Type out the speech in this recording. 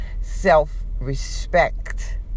self-respect